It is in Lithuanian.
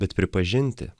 bet pripažinti